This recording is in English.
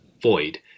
void